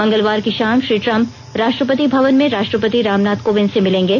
मंगलवर की शाम श्री द्रम्प राष्ट्रपति भवन में राष्ट्रपति रामनाथ कोविंद से मिलेंगे